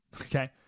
okay